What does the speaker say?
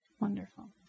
Wonderful